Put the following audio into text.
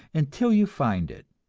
until you find it.